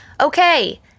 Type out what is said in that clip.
Okay